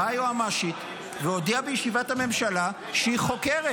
באה היועמ"שית והודיעה בישיבת הממשלה שהיא חוקרת.